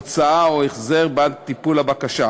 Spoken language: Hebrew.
הוצאה או החזר בעד הטיפול בבקשה.